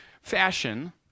fashion